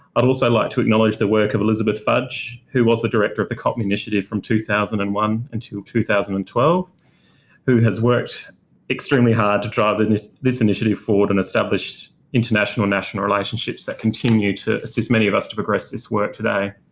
i'd also like to acknowledge the work of elizabeth fudge, who was the director of the copmi initiative from two thousand and one and until two thousand and twelve who has worked extremely hard to drive and this this initiative forward and establish international, national relationships that continue to assist many of us to progress this work today.